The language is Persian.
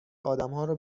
آدمهارو